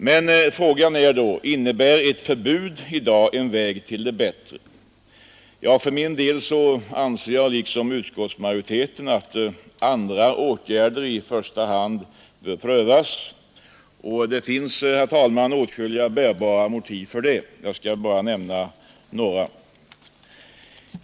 Men frågan är då: Innebär ett förbud i dag en väg till det bättre? För min del anser jag liksom utskottsmajoriteten att andra åtgärder i första hand bör prövas. Och det finns, herr talman, åtskilliga bärande motiv för detta. Jag skall här nämna några.